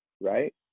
right